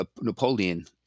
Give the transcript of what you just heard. Napoleon